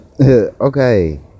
okay